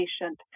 patient